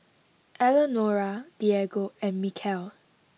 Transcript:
Elenora Diego and Mykel